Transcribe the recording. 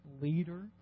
leader